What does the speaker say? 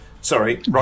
Sorry